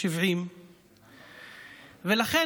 70. לכן,